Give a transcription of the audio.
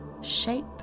shape